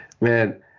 Man